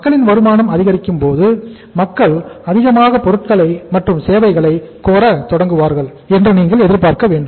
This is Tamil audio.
மக்களின் வருமானம் அதிகரிக்கும்போது மக்கள் அதிகமான பொருட்களை மற்றும் சேவைகளை கோர தொடங்குவார்கள் என்று நீங்கள் எதிர்பார்க்க வேண்டும்